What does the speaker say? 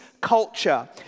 culture